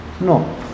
No